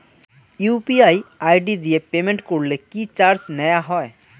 UPI ID দিয়ে payment করলে কি চার্জ নেয়া হয়?